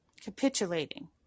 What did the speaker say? capitulating